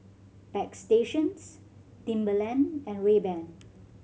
Bagstationz Timberland and Rayban